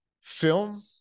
film